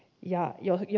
ja john j